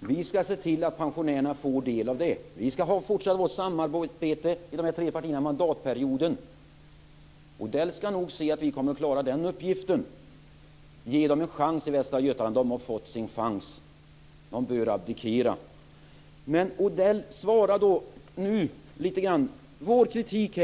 Fru talman! Vi ska se till att pensionärerna får del av detta. Vi i de här tre partierna ska fortsätta vårt samarbete mandatperioden ut. Odell ska nog se att vi kommer att klara den uppgiften. Ska vi ge dem i Västra Götaland en chans? De har fått sin chans. De bör abdikera. Men, Odell svara nu lite grann på vår kritik.